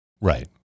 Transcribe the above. Right